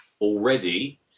already